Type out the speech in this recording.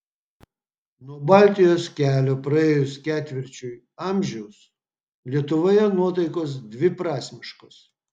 nuo baltijos kelio praėjus ketvirčiui amžiaus lietuvoje nuotaikos dviprasmiškos